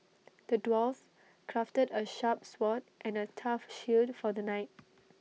the dwarf crafted A sharp sword and A tough shield for the knight